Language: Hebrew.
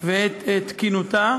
ואת תקינותה,